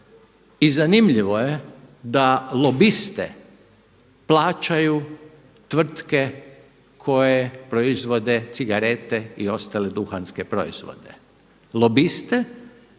i zanimljivo je da lobiste plaćaju tvrtke koje proizvode cigarete i ostale duhanske proizvode. Lobiste